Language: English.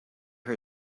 her